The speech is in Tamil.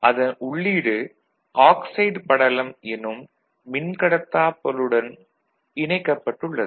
அதன் உள்ளீடு ஆக்ஸைடு படலம் எனும் மின்கடத்தாப் பொருளுடன் இணைக்கப்பட்டுள்ளது